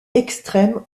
extrême